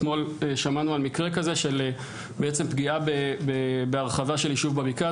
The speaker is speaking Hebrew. אתמול שמענו על מקרה כזה של פגיעה בהרחבה של יישוב בבקעה.